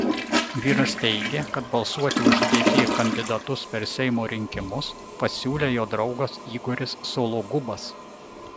vyras teigė kad balsuoti už dp kandidatus per seimo rinkimus pasiūlė jo draugas igoris sologubas